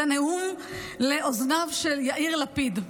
זה נאום לאוזניו של יאיר לפיד,